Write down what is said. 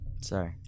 sorry